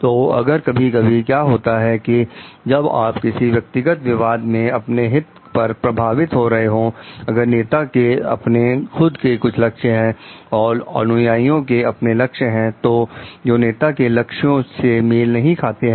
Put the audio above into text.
तो अगर कभी कभी क्या होता है कि जब आप किसी व्यक्तिगत विवाद में अपने हित पर प्रभावित हो रहे हो अगर नेता के अपने खुद के कुछ लक्ष्य हैं और अनुयायियों के अपने लक्ष्य हैं जो नेता के लक्ष्यों से मेल नहीं खाते हैं